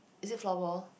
is it floorball